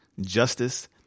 justice